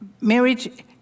Marriage